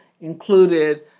included